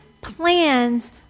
plans